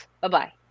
Bye-bye